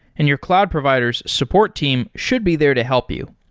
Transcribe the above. and your cloud provider s support team should be there to help you.